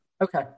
Okay